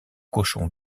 cochon